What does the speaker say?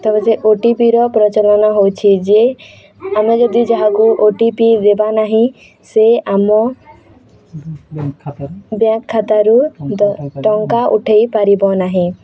ଓଟିପିର ପ୍ରଚଳନ ହେଉଛି ଯେ ଆମେ ଯଦି ଯାହାକୁ ଓ ଟି ପି ଦେବା ନାହିଁ ସେ ଆମ ବ୍ୟାଙ୍କ ଖାତାରୁ ଟଙ୍କା ଉଠାଇପାରିବ ନାହିଁ